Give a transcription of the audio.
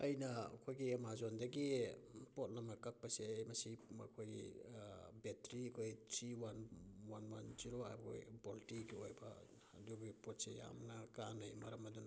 ꯑꯩꯅ ꯑꯩꯈꯣꯏꯒꯤ ꯑꯦꯃꯥꯖꯣꯟꯗꯒꯤ ꯄꯣꯠ ꯑꯃ ꯀꯛꯄꯁꯦ ꯃꯁꯤ ꯃꯈꯣꯏꯒꯤ ꯕꯦꯇ꯭ꯔꯤ ꯑꯩꯈꯣꯏ three one one one zero ꯑꯣꯏ ꯚꯣꯜꯇꯤꯒꯤ ꯑꯣꯏꯕ ꯑꯗꯨꯒꯤ ꯄꯣꯠꯁꯤ ꯌꯥꯝꯅ ꯀꯥꯟꯅꯩ ꯃꯔꯝ ꯑꯗꯨꯅ